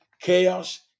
chaos